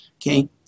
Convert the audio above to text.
Okay